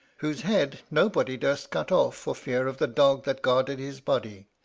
whose head nobody durst cut off for fear of the dog that guarded his body,